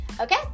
Okay